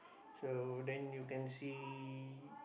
so then you can see